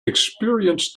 experienced